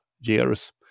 years